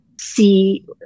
see